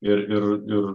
ir ir ir